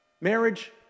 Marriage